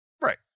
Right